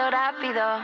rápido